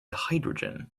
hydrogen